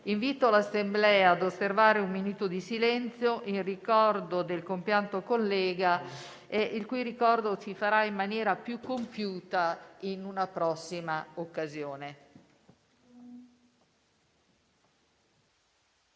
Invito l'Assemblea ad osservare un minuto di silenzio in ricordo del compianto collega, il cui ricordo si farà in maniera più compiuta in una prossima occasione.